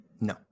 No